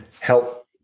help